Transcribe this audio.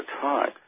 time